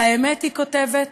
האמת, היא כותבת,